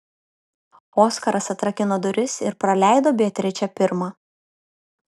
oskaras atrakino duris ir praleido beatričę pirmą